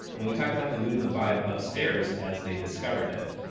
and we talk about the mood and the vibe upstairs as they discovered it.